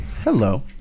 Hello